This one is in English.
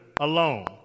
alone